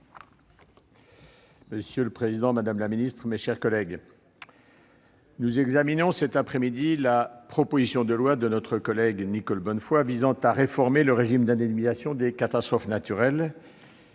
Monsieur le président, madame la secrétaire d'État, mes chers collègues, nous examinons cet après-midi la proposition de loi de notre collègue Nicole Bonnefoy visant à réformer le régime d'indemnisation des catastrophes naturelles,